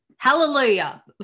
Hallelujah